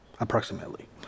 approximately